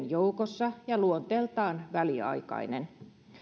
joukossa ja luonteeltaan väliaikainen